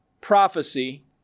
prophecy